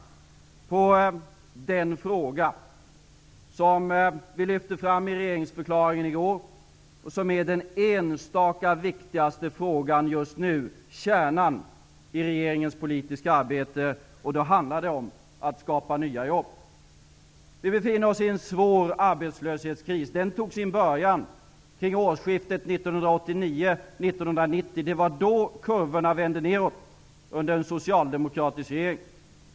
Jag vill tala om den fråga som vi lyfte fram i regeringsförklaringen i går och som är den enskilda viktigaste frågan just nu, kärnan i regeringens politiska arbete. Det handlar om att skapa nya jobb. Vi befinner oss i en svår arbetslöshetskris. Den tog sin början kring årsskiftet 1989/1990. Det var då kurvorna vände nedåt under en socialdemokratisk regering.